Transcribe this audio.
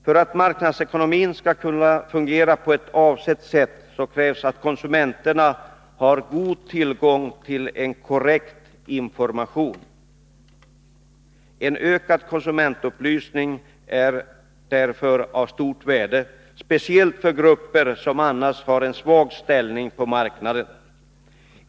För att marknadsekonomin skall kunna fungera på avsett sätt krävs att konsumenterna har god tillgång till en korrekt information. En ökad konsumentupplysning är därför av stort värde, speciellt för grupper som annars har en svag ställning på marknaden.